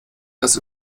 das